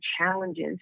challenges